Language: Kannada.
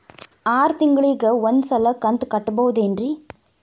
ಆರ ತಿಂಗಳಿಗ ಒಂದ್ ಸಲ ಕಂತ ಕಟ್ಟಬಹುದೇನ್ರಿ?